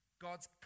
God's